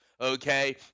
okay